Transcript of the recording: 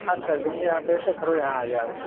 हाँ कर देंगे आप ऐसा करो यहाँ आ जाओ